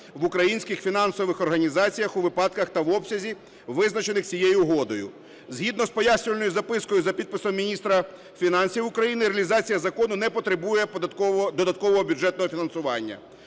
в українських фінансових організаціях у випадках та в обсязі, визначених цією угодою. Згідно з пояснювальною запискою за підписом міністра фінансів України реалізація закону не потребує додаткового бюджетного фінансування.